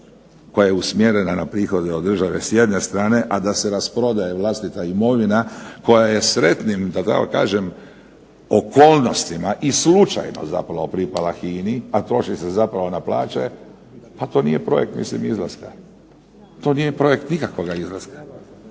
koja je usmjerena na prihode od države s jedne strane, a da se rasprodaje vlastita imovina koja je sretnim da tako kažem okolnostima i slučajno zapravo pripala HINA-i a troši se zapravo na plaće. Pa to nije projekt izlaska. To nije projekt nikakvog izlaska.